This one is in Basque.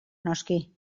noski